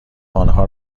آنها